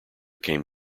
came